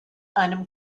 einem